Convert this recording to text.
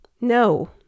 No